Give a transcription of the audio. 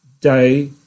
day